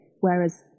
whereas